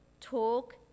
talk